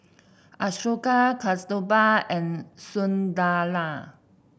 Ashoka Kasturba and Sunderlal